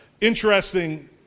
interesting